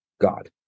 God